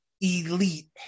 elite